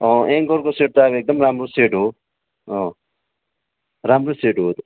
अँ एङ्करको सेट त अन्त एकदम राम्रो सेट हो अँ राम्रो सेट हो